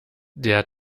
der